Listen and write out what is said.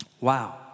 wow